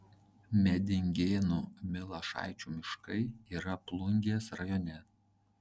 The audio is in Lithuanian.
medingėnų milašaičių miškai yra plungės rajone